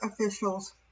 officials